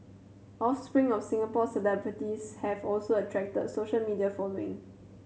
offspring of Singapore celebrities have also attracted social media following